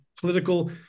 political